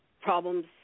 problems